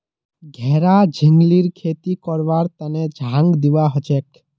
घेरा झिंगलीर खेती करवार तने झांग दिबा हछेक